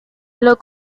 los